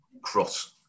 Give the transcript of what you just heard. cross